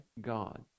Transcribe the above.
God